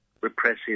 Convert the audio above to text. repressive